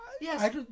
Yes